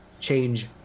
change